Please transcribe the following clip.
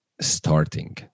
starting